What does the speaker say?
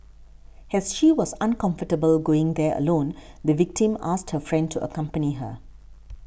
has she was uncomfortable going there alone the victim asked her friend to accompany her